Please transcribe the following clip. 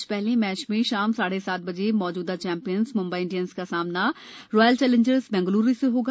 आज हले मैच में शाम साढे सात बजे मौजूदा चैंगियन म्म्बई इंडियन्स का सामना रॉयल चैलेंजर्स बेंगलौर से होगा